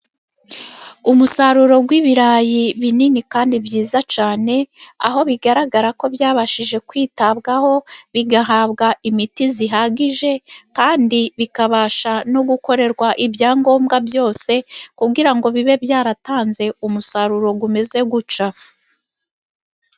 Umusaruro w'ibirayi binini kandi byiza cyane, aho bigaragara ko byabashije kwitabwaho, bigahabwa imiti ihagije kandi bikabasha no gukorerwa ibyangombwa byose, kugira ngo bibe byaratanze umusaruro umeze gutya.